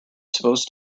supposed